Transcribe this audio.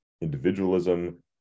individualism